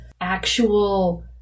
actual